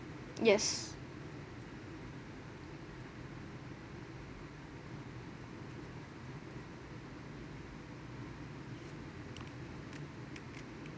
yes